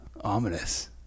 Ominous